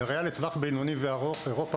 בראייה לטווח בינוני וארוך אירופה